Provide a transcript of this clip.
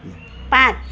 पाँच